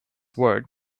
word